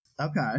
okay